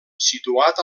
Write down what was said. situat